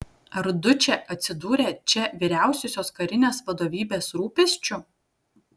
ar dučė atsidūrė čia vyriausiosios karinės vadovybės rūpesčiu